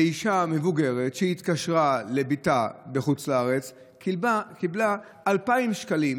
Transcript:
אישה מבוגרת שהתקשרה לבתה בחוץ לארץ קיבלה 2,000 שקלים